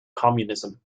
communism